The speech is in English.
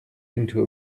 into